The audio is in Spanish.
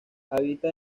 habita